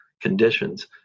conditions